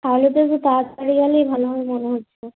তাহলে তো একটু তাড়াতাড়ি গেলেই ভালো হবে মনে হচ্ছে